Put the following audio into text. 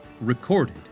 recorded